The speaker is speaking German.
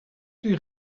die